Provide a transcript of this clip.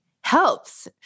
helps